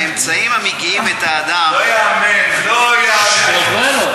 והאמצעים המגיעים את האדם, לא ייאמן, לא ייאמן.